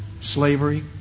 Slavery